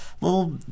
little